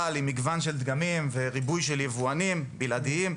עם מגוון של דגמים וריבוי של יבואנים בלעדיים,